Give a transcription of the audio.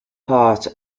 part